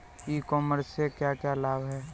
ई commerce से क्या क्या लाभ हैं?